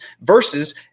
versus